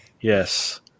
Yes